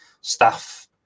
staff